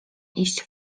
iść